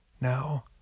Now